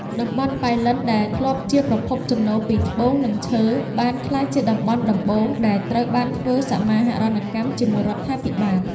តំបន់ប៉ៃលិនដែលធ្លាប់ជាប្រភពចំណូលពីត្បូង និងឈើ បានក្លាយជាតំបន់ដំបូងដែលត្រូវបានធ្វើសមាហរណកម្មជាមួយរដ្ឋាភិបាល។